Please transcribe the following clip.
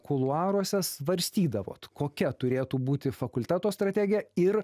kuluaruose svarstydavot kokia turėtų būti fakulteto strategija ir